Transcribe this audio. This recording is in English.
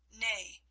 Nay